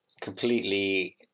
completely